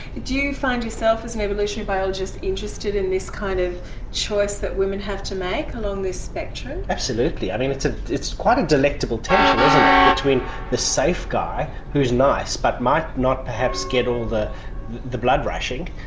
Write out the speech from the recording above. do you find yourself, as an evolutionary biologist, interested in this kind of choice that women have to make along this spectrum? absolutely. um it's ah it's quite a delectable tension, isn't it, between the safe guy who is nice but might not perhaps get all the the blood rushing,